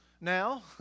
now